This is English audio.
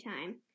time